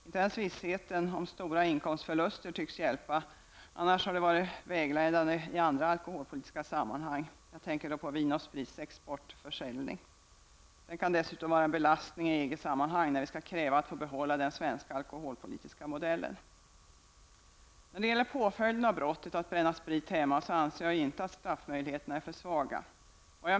Inte ens vissheten om stora inkomstförluster tycks hjälpa, något som annars har varit vägledande i andra alkoholpolitiska sammanhang -- jag tänker då på Vin och spritcentralens exportverksamhet. Detta kan dessutom vara en belastning i EG sammanhang när vi skall kräva att få behålla den svenska alkoholpolitiska modellen. När det gäller påföljden av brottet att bränna sprit hemma, anser jag inte att straffmöjligheterna är för dåliga.